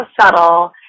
subtle